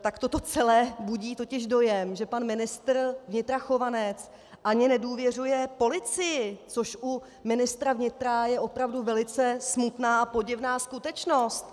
Tak toto celé budí totiž dojem, že ministr vnitra Chovanec ani nedůvěřuje policii, což u ministra vnitra je opravdu velice smutná a podivná skutečnost.